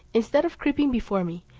instead of creeping before me,